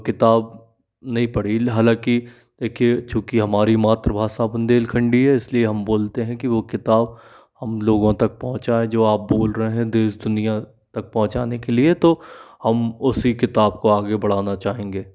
किताब नहीं पढ़ी हालाँकि देखिए चूँकि हमारी मातृभाषा बुन्देलखंडी है इसलिए हम बोलते हैं कि वह किताब हम लोगों तक पहुँचाएँ जो आप बोल रहे हैं देश दुनिया तक पहुँचाने के लिए तो हम उसी किताब को आगे बढ़ाना चाहेंगे